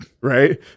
right